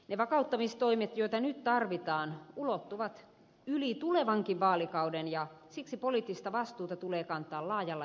ne vakauttamistoimet joita nyt tarvitaan ulottuvat yli tulevankin vaalikauden ja siksi poliittista vastuuta tulee kantaa laajalla yhteisrintamalla